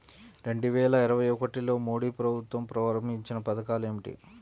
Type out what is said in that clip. రెండు వేల ఇరవై ఒకటిలో మోడీ ప్రభుత్వం ప్రారంభించిన పథకాలు ఏమిటీ?